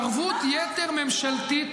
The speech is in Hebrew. אני אומר לך שהתערבות יתר ממשלתית